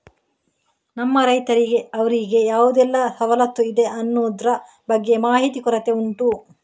ನಮ್ಮ ರೈತರಿಗೆ ಅವ್ರಿಗೆ ಯಾವುದೆಲ್ಲ ಸವಲತ್ತು ಇದೆ ಅನ್ನುದ್ರ ಬಗ್ಗೆ ಮಾಹಿತಿ ಕೊರತೆ ಉಂಟು